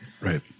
Right